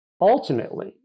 Ultimately